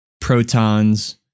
protons